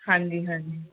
ਹਾਂਜੀ ਹਾਂਜੀ